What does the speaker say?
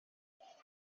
jag